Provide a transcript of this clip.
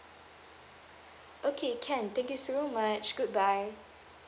okay can thank you so much good bye